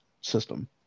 system